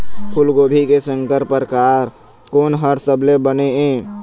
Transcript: फूलगोभी के संकर परकार कोन हर सबले बने ये?